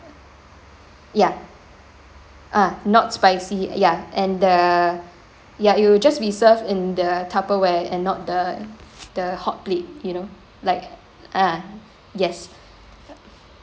ya ah not spicy ya and the ya it will just be served in the tupperware and not the the hot plate you know like ah yes